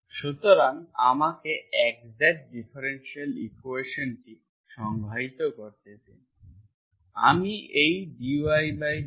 সুতরাং আমাকে exact differential ইকুয়েশনটি সংজ্ঞায়িত করতে দিন